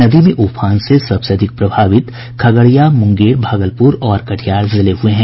नदी में उफान से सबसे अधिक प्रभावित खगड़िया मुंगेर भागलपुर और कटिहार जिले हुए हैं